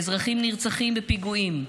אזרחים נרצחים בפיגועים,